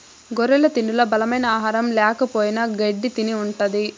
గొర్రెల తిండిలో బలమైన ఆహారం ల్యాకపోయిన గెడ్డి తిని ఉంటది